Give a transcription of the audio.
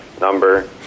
number